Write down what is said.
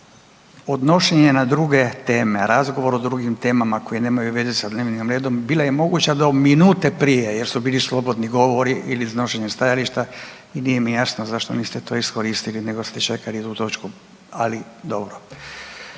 odnošenje na druge teme, razgovor o drugim temama koje nemaju veze s dnevnim redom bila je moguće do minute prije jer su bili slobodni govori ili iznošenje stajališta i nije mi jasno zašto niste te iskoristili nego ste čekali točku, ali dobro.